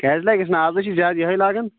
کیٛازِ لگیٚس نہٕ از ہَے چھِ زیادٕ یِہَے لگان